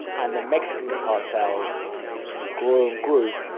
and the mexican cartels grew and grew,